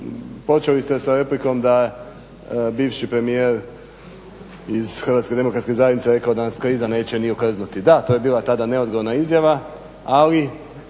počeli ste sa replikom da je bivši premijer iz HDZ-a rekao da nas kriza neće ni okrznuti. Da, to je bila tada neodgovorna izjava, ali